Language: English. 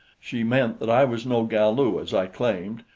she meant that i was no galu, as i claimed,